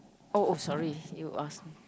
oh oh sorry you are